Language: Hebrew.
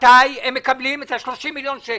מתי הם מקבלים את ה-30 מיליון שקל?